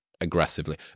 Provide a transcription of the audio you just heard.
aggressively